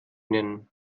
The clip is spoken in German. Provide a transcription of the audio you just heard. nennen